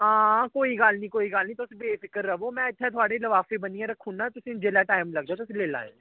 हां कोई गल्ल नेई कोई गल्ल नेई तुस बेफिकर रवो में इत्थे थुआढ़े लिफाफे बनी ऐ रक्खी ओड़ना तुसेंगी जिसलै टाइम लग्गेआ तुस लेई लैएओ